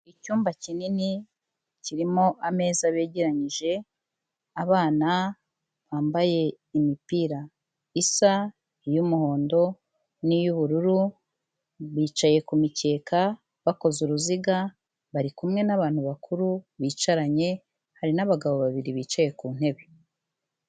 Icyumba kinini kirimo ameza begeranyije, abana bambaye imipira isa n'umuhondo n'iy'ubururu, bicaye ku mikeke bakoze uruziga bari kumwe n'abantu bakuru bicaranye, hari n'abagabo babiri bicaye ku ntebe.